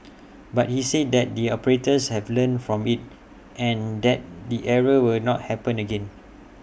but he said that the operators have learnt from IT and that the error will not happen again